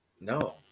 no